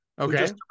okay